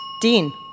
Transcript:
Dean